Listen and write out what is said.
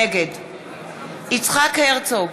נגד יצחק הרצוג,